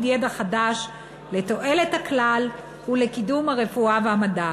ידע חדש לתועלת הכלל ולקידום הרפואה והמדע.